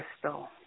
Crystal